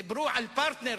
דיברו על פרטנר.